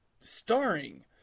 Starring